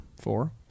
Four